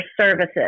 services